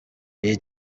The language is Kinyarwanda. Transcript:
iyi